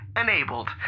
enabled